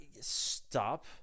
stop